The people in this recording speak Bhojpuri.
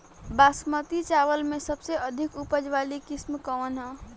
बासमती चावल में सबसे अधिक उपज वाली किस्म कौन है?